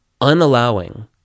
unallowing